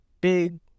big